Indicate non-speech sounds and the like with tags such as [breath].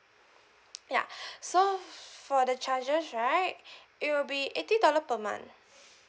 ya [breath] so for the charges right it will be eighty dollar per month